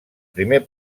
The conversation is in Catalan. primer